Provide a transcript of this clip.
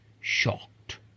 shocked